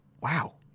Wow